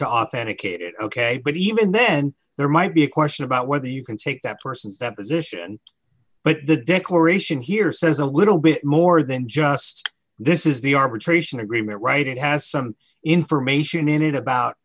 to authenticate it ok but even then there might be a question about whether you can take that person's that position but the declaration here says a little bit more than just this is the arbitration agreement right it has some information in it about